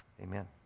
amen